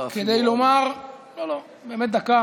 כדי לומר, יש לך, לא, לא, באמת דקה